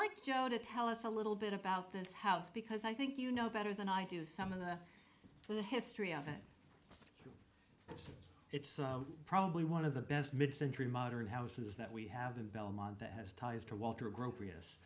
like joe to tell us a little bit about this house because i think you know better than i do some of the history of it it's probably one of the best mid century modern houses that we have the belmont that has ties to walter gro